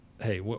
hey